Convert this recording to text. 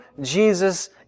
Jesus